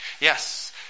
Yes